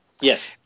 Yes